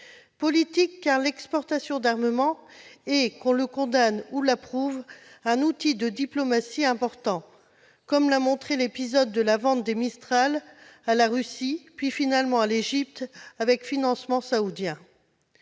d'abord, car l'exportation d'armements est, qu'on la condamne ou qu'on l'approuve, un outil de diplomatie important, comme l'a montré l'épisode de la vente des Mistral à la Russie, puis finalement à l'Égypte, avec financement saoudien.